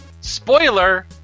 Spoiler